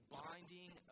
binding